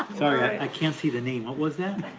sorry, i can't see the name, what was that?